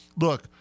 Look